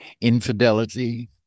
infidelity